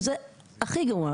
שזה הכי גרוע.